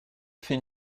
fait